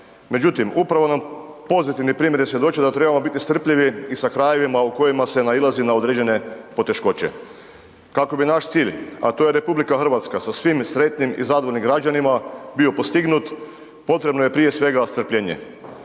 Međutim upravo nam pozitivni primjeri svjedoče da trebamo biti strpljivi i sa krajevima u kojima se nailazi na određene poteškoće. Kako bi naš cilj, a to je RH sa svim sretnim i zadovoljnim građanima bio postignut, potrebno je prije svega strpljenje.